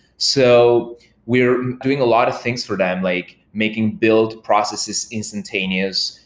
so we are doing a lot of things for them, like making build processes instantaneous.